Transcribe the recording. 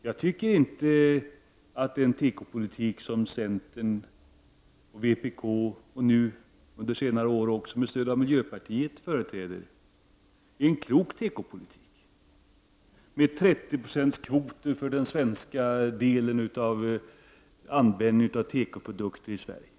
Jag tycker inte att den tekopolitik som centern, vpk och under senare år också miljöpartiet företräder är en klok tekopolitik, med 30-procentskvoter för den svenska delen av de tekoprodukter som används i Sverige.